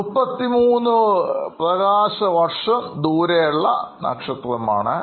33 പ്രകാശവർഷം ദൂരെയുള്ള നക്ഷത്രം ആണ്